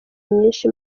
nyinshi